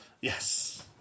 Yes